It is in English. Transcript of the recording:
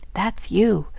that's you,